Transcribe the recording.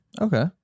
Okay